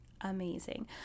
amazing